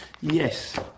Yes